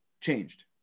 changed